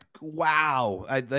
Wow